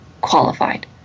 qualified